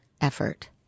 effort